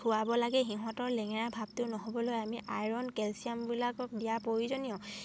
খুৱাব লাগে সিহঁতৰ লেঙেৰা ভাৱটো নহ'বলৈ আমি আইৰণ কেলছিয়ামবিলাক দিয়া প্ৰয়োজনীয়